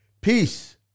Peace